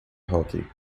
hóquei